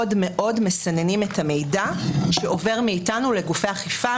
מאוד מסננים את המידע שעובר מאתנו לגופי האכיפה.